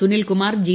Sunilkumar G